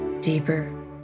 deeper